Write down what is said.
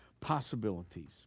possibilities